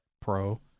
Pro